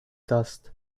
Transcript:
dust